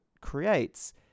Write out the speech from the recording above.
creates